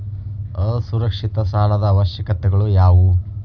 ಅಸುರಕ್ಷಿತ ಸಾಲದ ಅವಶ್ಯಕತೆಗಳ ಯಾವು